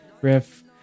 riff